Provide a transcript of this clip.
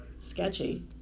Sketchy